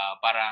parang